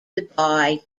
dhabi